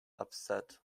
upset